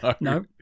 no